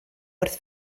wrth